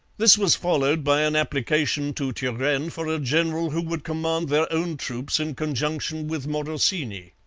this was followed by an application to turenne for a general who would command their own troops in conjunction with morosini.